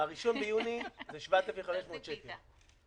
הראשון ביוני זה 7,500 שקלים.